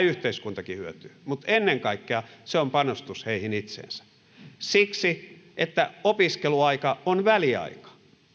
yhteiskuntakin hyötyy mutta ennen kaikkea se on panostus heihin itseensä siksi että opiskeluaika on väliaika